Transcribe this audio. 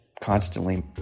constantly